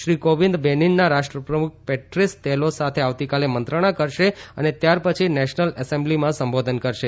શ્રી કોવિંદ બેનીનના રાષ્ટ્રપ્રમુખ Patrice Talon સાથે આવતીકાલે મંત્રણા કરશે અને ત્યારપછી નેશનલ એસેમ્બલીમાં સંબોધન કરશે